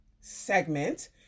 segment